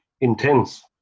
intense